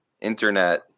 internet